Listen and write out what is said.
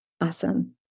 Awesome